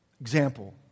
Example